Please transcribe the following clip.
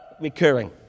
recurring